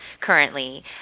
currently